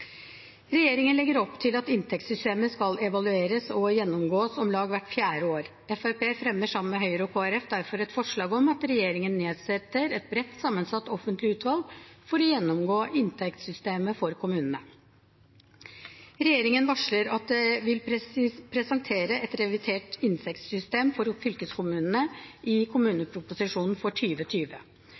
Regjeringen legger opp til at inntektssystemet skal evalueres og gjennomgås om lag hvert fjerde år. Fremskrittspartiet fremmer sammen med Høyre og Kristelig Folkeparti derfor et forslag om at regjeringen nedsetter et bredt sammensatt offentlig utvalg som skal gjennomgå inntektssystemet for kommunene. Regjeringen varsler at de vil presentere et revidert inntektssystem for fylkeskommunene i kommuneproposisjonen for